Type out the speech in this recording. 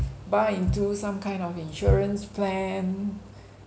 buy into some kind of insurance plan